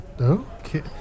Okay